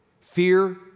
Fear